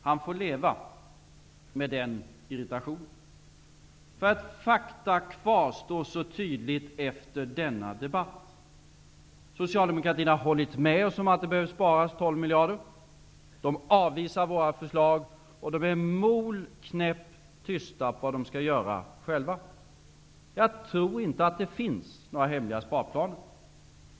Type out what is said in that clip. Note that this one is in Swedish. Han får leva med den irritationen, för fakta kvarstår så tydligt efter denna debatt. Socialdemokraterna har hållit med oss om att det behöver sparas 12 miljarder. De avvisar våra förslag, och de är mol knäpp tysta om vad de skall göra själva. Jag tror inte att det finns några hemliga sparplaner.